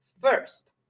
first